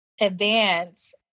advance